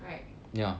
right